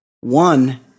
One